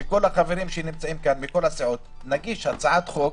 שכל החברים שנמצאים כאן מכל הסיעות נגיש הצעת חוק